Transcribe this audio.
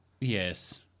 Yes